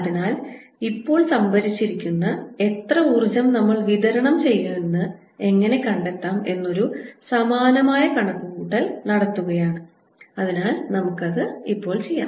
അതിനാൽ ഇപ്പോൾ സംഭരിച്ചിരിക്കുന്ന എത്ര ഊർജ്ജം നമ്മൾ വിതരണം ചെയ്യുന്നുവെന്ന് എങ്ങനെ കണ്ടെത്താം എന്നൊരു സമാനമായ ഒരു കണക്കുകൂട്ടൽ നടത്തുകയാണ് അതിനാൽ നമുക്ക് അത് ചെയ്യാം